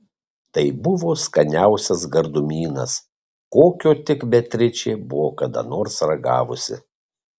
tai buvo skaniausias gardumynas kokio tik beatričė buvo kada nors ragavusi